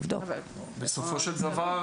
בסופו של דבר,